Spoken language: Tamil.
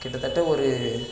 கிட்டத்தட்ட ஒரு